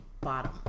bottom